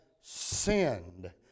sinned